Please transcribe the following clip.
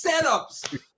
setups